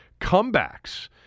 comebacks